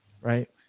right